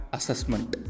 Assessment